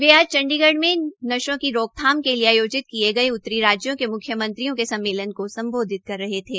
वे आज चंडीगढ़ में नशों की रोकथाम के लिये आयोजित किये गये उतरी राज्यों के मुख्यमंत्रियों के सम्मेलन को सम्बोधित कर रहे थे